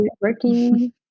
working